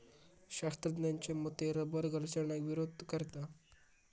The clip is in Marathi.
शास्त्रज्ञांच्या मते रबर घर्षणाक विरोध करता